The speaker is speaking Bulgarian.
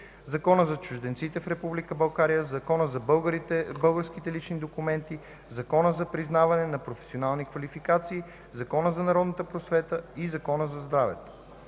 Закона за чужденците в Република България, Закона за българските лични документи, Закона за признаване на професионални квалификации, Закона за народната просвета и Закона за здравето.